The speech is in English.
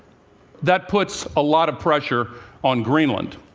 that puts a lot of pressure on greenland.